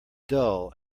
dull